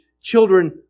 children